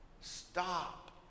Stop